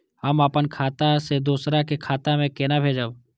हम आपन खाता से दोहरा के खाता में केना भेजब?